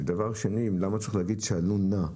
ודבר שני, למה צריך להגיד שאלו נא?